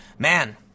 Man